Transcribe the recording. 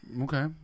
Okay